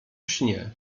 śnie